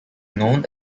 known